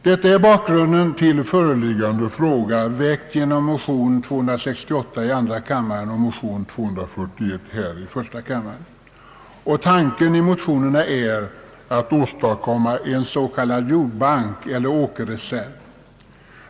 Detta är bakgrunden till föreliggande fråga, väckt genom motion I: 241 och II: 268. Tanken bakom motionerna är att åstadkomma en s.k. jordbank eller åkerreserv.